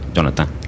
Jonathan